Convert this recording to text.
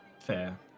Fair